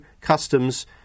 customs